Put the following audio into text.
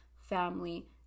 family